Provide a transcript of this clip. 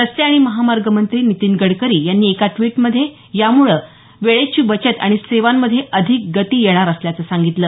रस्ते आणि महामार्ग मंत्री नितीन गडकरी यांनी एका ड्विटमध्ये यामुळं वेळेची बचत आणि सेवांमध्ये अधिक गती येणार असल्याचं सांगितल